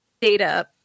data